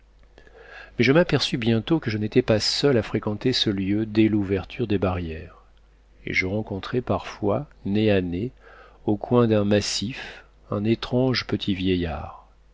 mais je m'aperçus bientôt que je n'étais pas seul à fréquenter ce lieu dès l'ouverture des barrières et je rencontrais parfois nez à nez au coin d'un massif un étrange petit vieillard